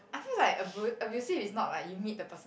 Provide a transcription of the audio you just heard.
I feel like abru~ abusive it's not like you meet the person